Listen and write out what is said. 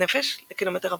נפש לקמ"ר.